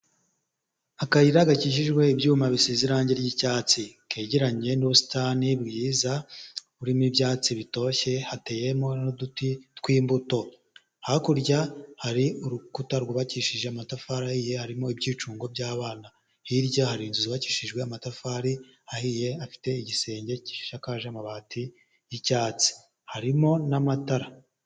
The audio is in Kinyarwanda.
Akayira gakijijwe ibyuma bisize irangi ry'icyatsi, kegeranye n'ubusitani bwiza burimo ibyatsi bitoshye hateyemo n'uduti tw'imbuto, hakurya hari urukuta rwubakishije amatafari ahiye, harimo ibyicungo by'abana, hirya hari inzu zubakishijwe amatafari ahiye, afite igisenge gishakaje amabati y'icyatsi, harimo n'amatara.